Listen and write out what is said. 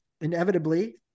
inevitably